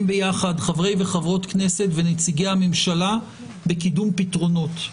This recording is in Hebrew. ביחד חברי וחברות כנסת ונציגי הממשלה בקידום פתרונות.